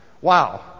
Wow